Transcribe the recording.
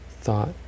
thought